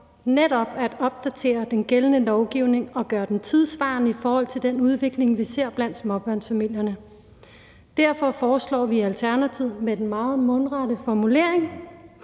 netop at opdatere den gældende lovgivning og gøre den tidssvarende i forhold til den udvikling, vi ser blandt småbørnsfamilierne. Derfor foreslår vi i Alternativet – med den meget mundrette formulering